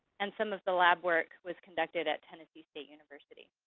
and some of the lab work was conducted at tennessee state university.